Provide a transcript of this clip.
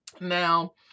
Now